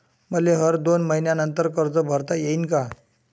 मले हर दोन मयीन्यानंतर कर्ज भरता येईन का?